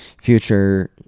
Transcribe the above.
future